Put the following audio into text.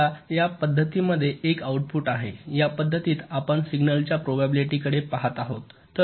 आता या पध्दतीमध्ये एक आउटपुट आहे या पध्दतीत आपण सिग्नलच्या प्रोबॅबिलीटी कडे पहात आहोत